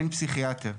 אין פסיכיאטר.